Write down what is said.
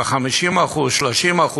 על 50%, 30%,